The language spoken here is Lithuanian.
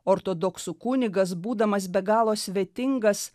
ortodoksų kunigas būdamas be galo svetingas